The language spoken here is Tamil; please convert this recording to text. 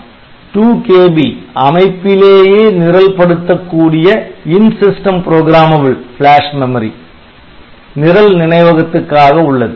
2 KB 'அமைப்பிலேயே நிரல் படுத்தக்கூடிய' ப்ளாஷ் மெமரி நிரல் நினைவகத்துக்காக உள்ளது